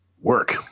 work